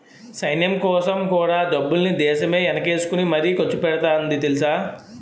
సైన్యంకోసం కూడా డబ్బుల్ని దేశమే ఎనకేసుకుని మరీ ఖర్చుపెడతాంది తెలుసా?